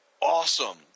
awesome